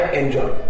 enjoy